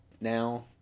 Now